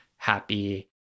happy